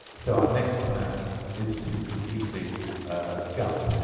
so our next plan is to completely gut,